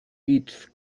its